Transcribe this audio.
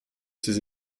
ses